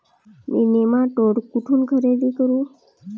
मी nematode कुठून खरेदी करू?